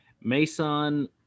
Mason